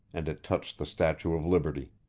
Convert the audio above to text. and it touched the statue of liberty.